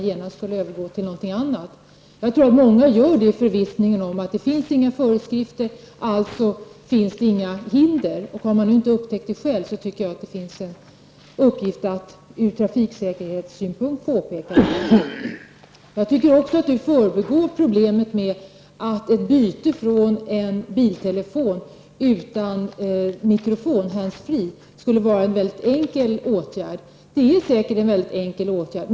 Jag tror att många håller telefonluren i förvissningen att det inte finns föreskrifter och således inte finns några hinder. Har man inte upptäckt det själv, tycker jag att det är en uppgift att ur trafiksäkerhetssynpunkt påpeka risken. Sten-Ove Sundström förbigår problemet med att säga att ett byte från en biltelefon utan mikrofon, handsfree, skulle vara mycket enkelt. Det är säkert en mycket enkel åtgärd.